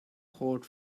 hot